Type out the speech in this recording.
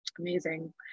Amazing